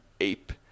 ape